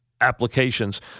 applications